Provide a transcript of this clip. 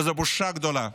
וזו בושה גדולה.